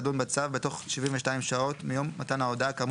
תחל הפעולה בתוך שבעה ימים מיום פניית החברה המבצעת ותסתיים